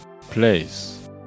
place